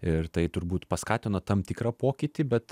ir tai turbūt paskatino tam tikrą pokytį bet